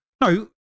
no